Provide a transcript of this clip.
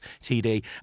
TD